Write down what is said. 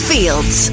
Fields